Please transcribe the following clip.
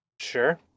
Sure